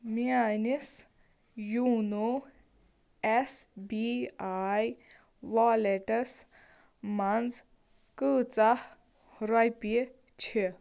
میٛٲنِس YONO S B I والٮ۪ٹَس منٛز کۭژاہ رۄپیہِ چھِ